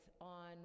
on